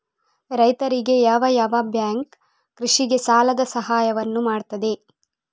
ರೈತರಿಗೆ ಯಾವ ಯಾವ ಬ್ಯಾಂಕ್ ಕೃಷಿಗೆ ಸಾಲದ ಸಹಾಯವನ್ನು ಮಾಡ್ತದೆ?